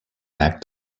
act